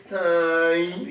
time